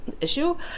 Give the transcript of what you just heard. issue